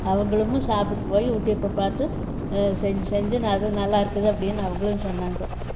அவர்களுமும் சாப்புடிட்டு போய் யூடியூப்பை பார்த்து செஞ்சு செஞ்சு அதுவும் நல்லாயிருக்குது அப்படின்னு அவர்களும் சொன்னாங்க